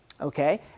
okay